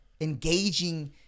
engaging